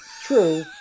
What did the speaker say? true